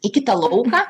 į kitą lauką